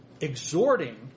exhorting